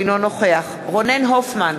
אינו נוכח רונן הופמן,